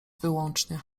wyłącznie